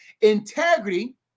integrity